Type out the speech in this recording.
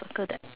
circle that